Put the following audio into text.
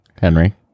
Henry